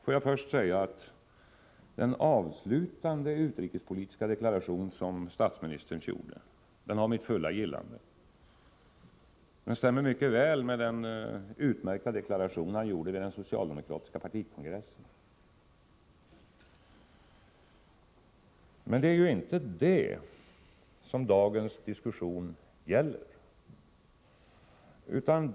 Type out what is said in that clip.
Får jag först säga att den avslutande utrikespolitiska deklaration som statsministern gjorde har mitt fulla gillande. Den stämmer mycket väl med den utmärkta deklaration han gjorde vid den socialdemokratiska partikongressen. Men det är ju inte det som dagens diskussion gäller.